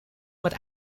met